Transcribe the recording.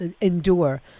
endure